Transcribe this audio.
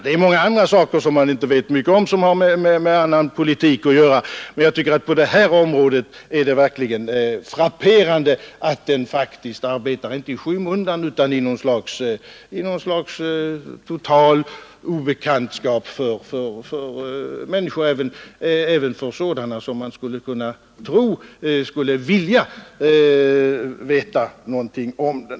Det finns många andra saker som exempelvis har med politik att göra som människor inte vet mycket om, men det är verkligen frapperande att forskningsberedningen inte ens arbetar i skymundan utan att den på något sätt är totalt obekant för människor, även för sådana som man kan anta skulle vilja veta något om den.